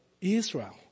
Israel